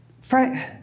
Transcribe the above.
Frank